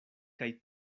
kaj